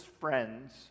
friends